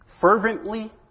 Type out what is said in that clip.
fervently